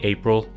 April